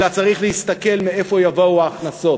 אלא צריך להסתכל מאיפה יבואו ההכנסות.